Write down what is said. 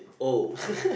oh